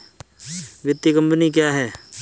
वित्तीय कम्पनी क्या है?